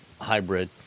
hybrid